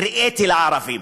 הראיתי לערבים.